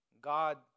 God